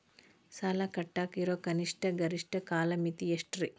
ಸಾಲ ಕಟ್ಟಾಕ ಇರೋ ಕನಿಷ್ಟ, ಗರಿಷ್ಠ ಕಾಲಮಿತಿ ಎಷ್ಟ್ರಿ?